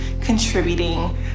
contributing